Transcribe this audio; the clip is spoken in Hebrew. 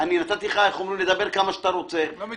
נתתי לך לדבר כמה שאתה רוצה --- אני לא מתלהב.